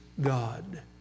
God